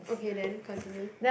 okay then continue